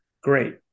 Great